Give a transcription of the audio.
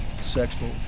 sexual